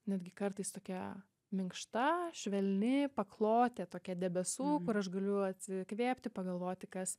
netgi kartais tokia minkšta švelni paklotė tokia debesų kur aš galiu atsikvėpti pagalvoti kas